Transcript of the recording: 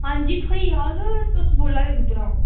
आं जी थ्होई जाह्ग तुस बोल्ला दे कुद्धर दा ओ